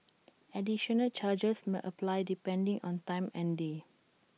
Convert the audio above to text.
additional charges may apply depending on time and day